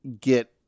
get